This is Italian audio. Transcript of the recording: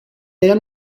della